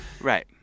Right